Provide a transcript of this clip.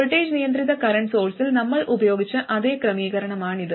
voltage നിയന്ത്രിത current സോഴ്സിൽ നമ്മൾ ഉപയോഗിച്ച അതേ ക്രമീകരണമാണിത്